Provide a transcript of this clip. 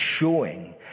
showing